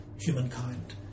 humankind